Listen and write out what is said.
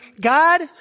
God